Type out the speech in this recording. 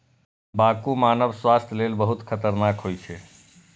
तंबाकू मानव स्वास्थ्य लेल बहुत खतरनाक होइ छै